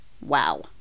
Wow